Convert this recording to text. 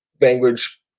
language